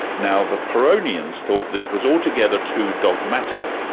now the pironians thought this was altogether too dogmatic,